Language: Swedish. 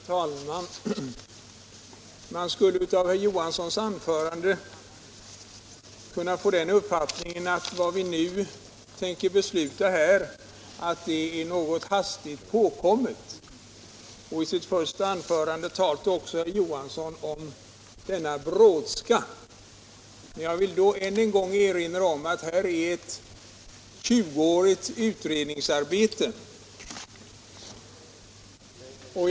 Herr talman! Man skulle av herr Johanssons i Trollhättan anförande kunna få den uppfattningen att vad vi nu tänker besluta om är något hastigt påkommet. I sitt första anförande talade också herr Johansson om ”denna brådska”. Jag vill därför än en gång erinra om att bakom vårt förslag ligger ett tjugoårigt utredningsarbete.